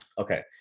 okay